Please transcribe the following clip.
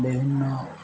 ବିଭିନ୍ନ